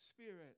Spirit